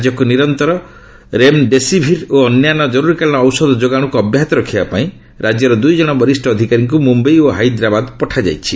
ରାଜ୍ୟକୁ ନିରନ୍ତର ରେମ୍ଡେସିଭିର୍ ଓ ଅନ୍ୟାନ୍ୟ ଜରୁରୀକାଳୀନ ଔଷଧ ଯୋଗାଣକୁ ଅବ୍ୟାହତ ରଖିବା ପାଇଁ ରାଜ୍ୟର ଦୁଇଜଣ ବରିଷ୍ଠ ଅଧିକାରୀଙ୍କୁ ମୁମ୍ବାଇ ଓ ହାଇଦ୍ରାବାଦ ପଠାଯାଇଛି